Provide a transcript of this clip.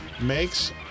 makes